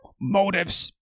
motives